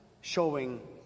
showing